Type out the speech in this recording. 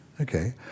Okay